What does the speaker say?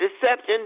deception